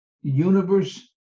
universe